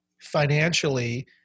financially